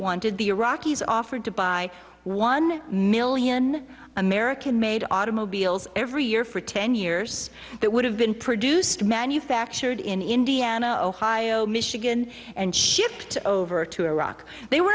wanted the iraqis offered to buy one million american made automobiles every year for ten years that would have been produced manufactured in indiana ohio michigan and shipped over to iraq they were